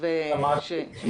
שמעתי.